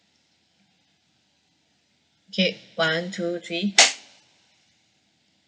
okay one to three